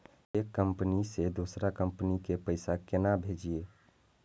एक कंपनी से दोसर कंपनी के पैसा केना भेजये?